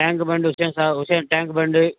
tank bund Hussain సా Hussain tank bund